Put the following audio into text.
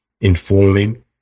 informing